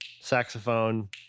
saxophone